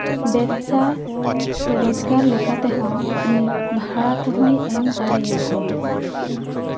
ᱵᱮᱵᱥᱟ ᱥᱮ ᱨᱳᱡᱽᱜᱟᱨ ᱞᱮᱠᱟ ᱛᱮᱦᱚᱸ ᱩᱱᱤ ᱵᱷᱟᱲᱟ ᱠᱚᱦᱚᱸᱭ ᱮᱢ ᱫᱟᱲᱮ ᱟᱠᱚᱣᱟ